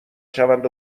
شوند